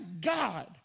God